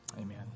Amen